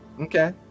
Okay